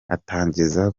atangiza